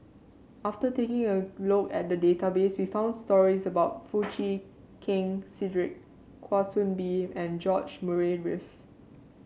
after taking a look at database we found stories about Foo Chee Keng Cedric Kwa Soon Bee and George Murray Reith